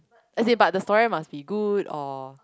is in but the story must be good or